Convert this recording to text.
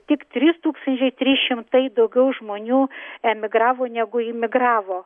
tik trys tūkstančiai trys šimtai daugiau žmonių emigravo negu imigravo